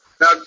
Now